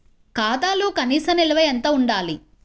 ఖాతాలో కనీస నిల్వ ఎంత ఉండాలి?